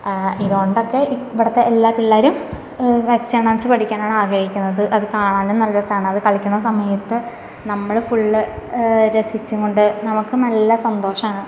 ഇതോണ്ടക്കെ ഇവിടത്തെ എല്ലാ പിള്ളേരും ഈ വെസ്റ്റേൺ ഡാൻസ് പഠിക്കാനാണ് ആഗ്രഹിക്കുന്നത് അത് കാണാനും നല്ല രസമാണ് അത് കളിക്കണത് സമയത്ത് നമ്മൾ ഫുള്ള് രസിച്ചും കൊണ്ട് നമുക്ക് നല്ല സന്തോഷമാണ്